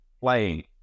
playing